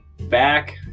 back